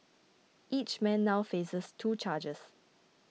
each man now faces two charges